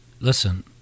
listen